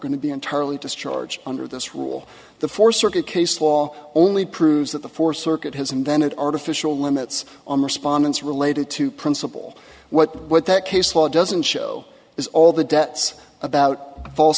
going to be entirely discharged under this rule the fourth circuit case law only proves that the fourth circuit has invented artificial limits on respondents related to principle what what that case law doesn't show is all the debts about false